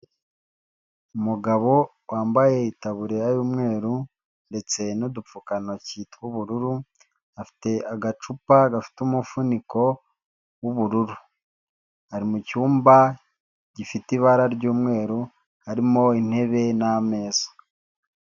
Umugabo wambaye itaburiya y'umweru ndetse n'udupfukantoki tw'ubururu, afite agacupa gafite umufuniko w'ubururu. Ari mu cyumba gifite ibara ry'umweru, harimo intebe n'ameza.